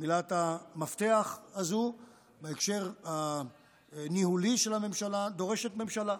מילת מפתח הזאת בהקשר הניהולי של הממשלה דורשת ממשלה.